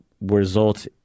result